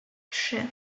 trzy